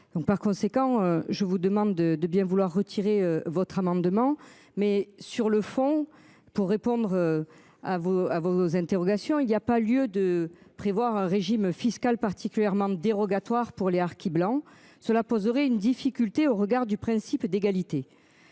par conséquent je vous demande de bien vouloir retirer votre amendement mais sur le fond pour répondre. À vos à vos interrogations. Sinon il y a pas lieu de prévoir un régime fiscal particulièrement dérogatoire pour les harkis blanc cela poserait une difficulté au regard du principe d'égalité.